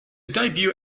debut